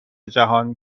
جهان